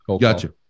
Gotcha